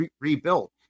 rebuilt